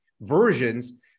versions